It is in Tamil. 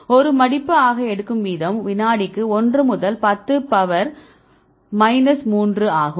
1 மடிப்பு ஆக எடுக்கும் வீதம் வினாடிக்கு 1 முதல் 10 வரை பவர் மைனஸ் 3 ஆகும்